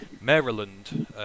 Maryland